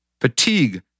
Fatigue